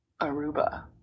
Aruba